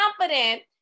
confident